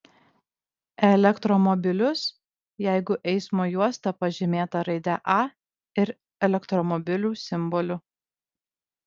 elektromobilius jeigu eismo juosta pažymėta raide a ir elektromobilių simboliu